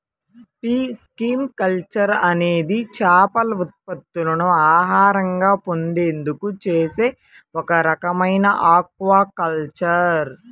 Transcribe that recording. pisciculture అనేది చేపల ఉత్పత్తులను ఆహారంగా పొందేందుకు చేసే ఒక రకమైన ఆక్వాకల్చర్